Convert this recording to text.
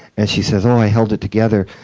and she says, oh, i held it together.